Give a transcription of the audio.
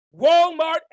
Walmart